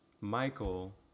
Michael